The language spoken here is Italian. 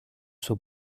suo